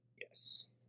yes